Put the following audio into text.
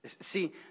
See